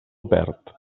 perd